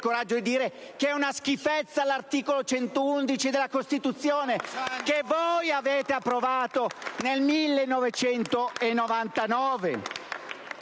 coraggio di dire che è una schifezza l'articolo 111 della Costituzione, che voi avete approvato nel 1999!